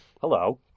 Hello